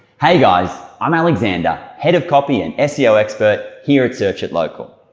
hey guys i'm alexander, head of copy and seo expert here at search it local.